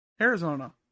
Arizona